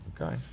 Okay